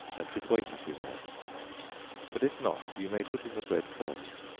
and should wait a few minutes but if not, you may put in the bread first,